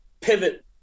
pivot